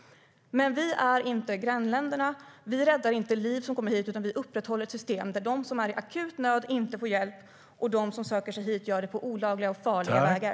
Men vi är inte grannländerna. Vi räddar inte liv som kommer hit, utan vi upprätthåller ett system där de som är i akut nöd inte får hjälp och de som söker sig hit gör det på olagliga och farliga vägar.